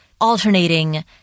alternating